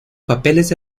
papeles